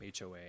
HOA